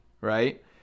right